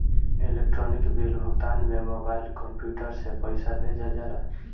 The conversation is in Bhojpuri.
इलेक्ट्रोनिक बिल भुगतान में मोबाइल, कंप्यूटर से पईसा भेजल जाला